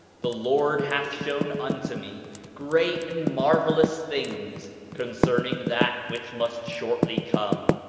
the lord hath shown unto me great and marvelous things concerning that which must shortly come,